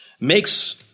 makes